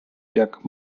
jak